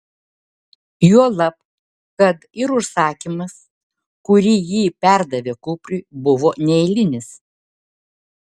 juolab kad ir užsakymas kurį ji perdavė kupriui buvo neeilinis